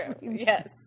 Yes